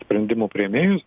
sprendimų priėmėjus